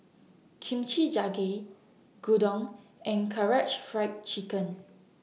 Kimchi Jjigae Gyudon and Karaage Fried Chicken